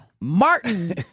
Martin